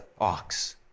ox